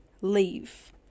leave